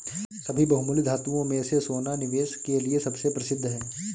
सभी बहुमूल्य धातुओं में से सोना निवेश के लिए सबसे प्रसिद्ध है